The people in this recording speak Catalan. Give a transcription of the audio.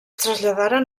traslladaren